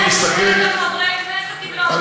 אנחנו מסתכלים, אבל מה יקרה לחברי הכנסת אם לא, ?